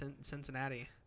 Cincinnati